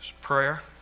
prayer